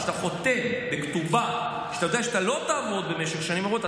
כשאתה חותם בכתובה ואתה יודע שאתה לא תעבוד במשך שנים רבות,